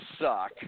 suck